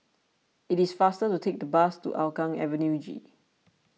it is faster to take the bus to Hougang Avenue G